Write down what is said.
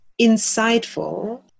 insightful